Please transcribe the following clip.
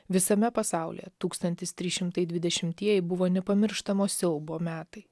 visame pasaulyje tūkstantis trys šimtai dvidešimtieji buvo nepamirštamos siaubo metai